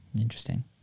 Interesting